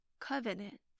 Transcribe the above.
covenant